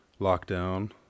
lockdown